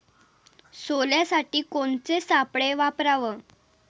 सोल्यासाठी कोनचे सापळे वापराव?